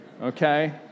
Okay